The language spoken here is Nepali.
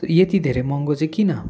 यति धेरै महँगो चाहिँ किन